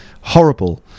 Horrible